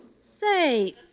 Say